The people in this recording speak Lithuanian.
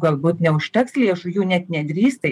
galbūt neužteks lėšų jų net nedrįsta